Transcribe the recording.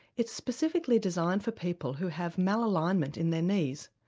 it's specifically designed for people who have malalignment in their knees.